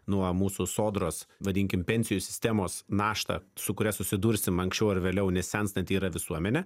nuo mūsų sodros vadinkim pensijų sistemos naštą su kuria susidursim anksčiau ar vėliau nes senstanti yra visuomenė